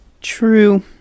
True